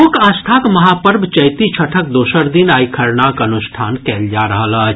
लोक आस्थाक महापर्व चैती छठक दोसर दिन आइ खरनाक अनुष्ठान कयल जा रहल अछि